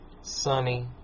Sunny